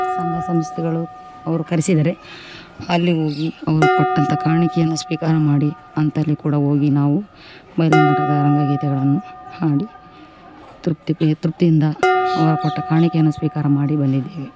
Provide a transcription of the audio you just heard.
ಸಂಘ ಸಂಸ್ಥೆಗಳು ಅವರು ಕರೆಸಿದರೆ ಅಲ್ಲಿ ಓಗಿ ಅವರು ಕೊಟ್ಟಂಥ ಕಾಣಿಕೆಯನ್ನು ಸ್ವೀಕಾರ ಮಾಡಿ ಅಂಥಲ್ಲಿ ಕೂಡ ಹೋಗಿ ನಾವು ಬಯಲು ನಾಟಕದ ರಂಗಗೀತೆಗಳನ್ನು ಹಾಡಿ ತೃಪ್ತಿ ತೃಪ್ತಿಯಿಂದ ಅವರು ಕೊಟ್ಟ ಕಾಣಿಕೆಯನ್ನು ಸ್ವೀಕಾರ ಮಾಡಿ ಬಂದಿದ್ದೇವೆ